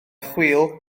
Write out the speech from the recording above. chwil